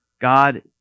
God